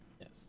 Yes